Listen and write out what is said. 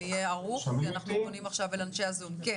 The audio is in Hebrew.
אני